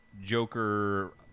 Joker